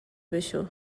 بشو